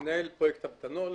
מנהל פרויקט המתנול,